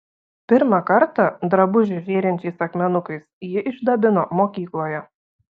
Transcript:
pirmą kartą drabužį žėrinčiais akmenukais ji išdabino mokykloje